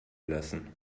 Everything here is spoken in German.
lassen